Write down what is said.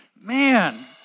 Man